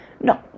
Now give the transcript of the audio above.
No